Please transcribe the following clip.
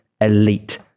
elite